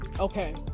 Okay